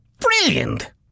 Brilliant